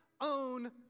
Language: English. own